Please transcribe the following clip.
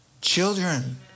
children